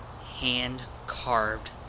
hand-carved